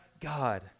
God